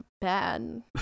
bad